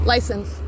License